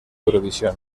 eurovisión